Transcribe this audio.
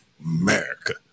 America